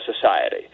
society